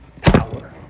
power